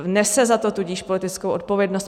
Nese za to tudíž politickou zodpovědnost.